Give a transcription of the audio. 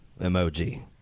emoji